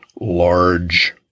large